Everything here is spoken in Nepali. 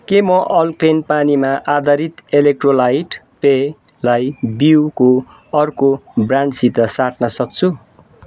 के म अल्कलेन पानीमा आधारित इलेक्ट्रोलाइट पेयलाई बिउको अर्को ब्रान्डसित साट्न सक्छु